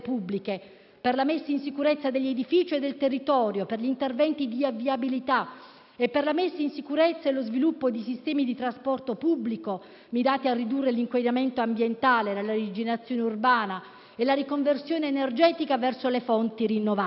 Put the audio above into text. per la messa in sicurezza degli edifici e del territorio per gli interventi di viabilità e per la messa in sicurezza e lo sviluppo di sistemi di trasporto pubblico mirati a ridurre l'inquinamento ambientale nella rigenerazione urbana e la riconversione energetica verso le fonti rinnovabili.